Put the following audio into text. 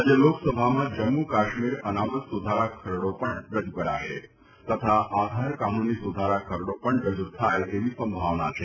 આજે લોકસભામાં જમ્મુ કાશ્મીર અનામત સુધારા ખરડો પણ રજુ કરાશે તથા આધાર કાનુની સુધારા ખરડો પણ રજુ થાય તેવી સંભાવના છે